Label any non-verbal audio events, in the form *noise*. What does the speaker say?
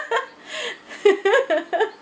*laughs*